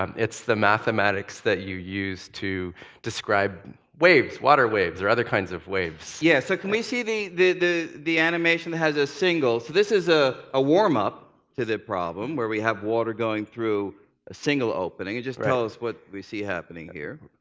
um it's the mathematics that you use to describe waves, water waves, or other kinds of waves. yeah. so can we see the the animation that has a single? so this is ah a warm-up to the problem, where we have water going through a single opening. just tell us what we see happening here.